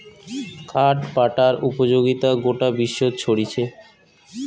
কাঠ পাটার উপযোগিতা গোটা বিশ্বত ছরিচে